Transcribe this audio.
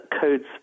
codes